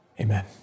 Amen